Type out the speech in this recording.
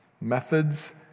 methods